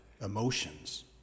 emotions